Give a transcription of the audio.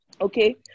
Okay